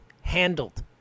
handled